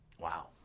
wow